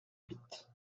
huit